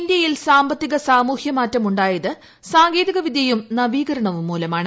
ഇന്ത്യയിൽ സാമ്പത്തിക സാമൂഹ്യ മാറ്റം ഉണ്ടായത് സാങ്കേതിക വിദ്യയും നവീകരണവും മൂലമാണ്